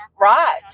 Right